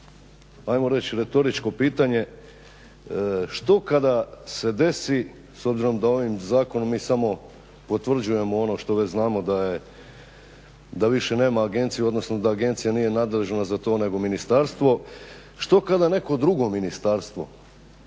ajmo reći retoričko pitanje, što kada se desi, s obzirom da ovim zakonom mi samo potvrđujemo ono što već znamo da više nema agencije, odnosno da agencija nije nadležna za to nego ministarstvo, što kada neko drugo ministarstvo